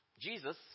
Jesus